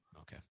Okay